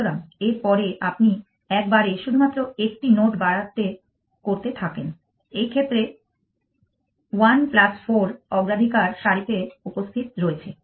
সুতরাং এর পরে আপনি এক বারে শুধুমাত্র একটি নোড বাড়াতে করতে থাকেন এই ক্ষেত্রে 1 প্লাস 4 অগ্রাধিকার সারিতে উপস্থিত রয়েছে